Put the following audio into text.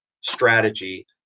strategy